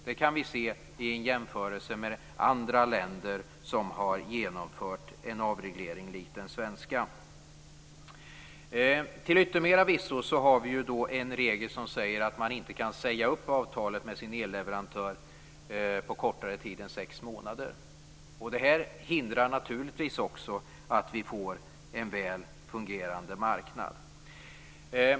Det kan vi se vid en jämförelse med andra länder som har genomfört en avreglering liknande den svenska. Till yttermera visso har vi en regel som säger att man inte kan säga upp avtalet med sin elleverantör på kortare tid än sex månader. Det här hindrar också att vi får en väl fungerande marknad.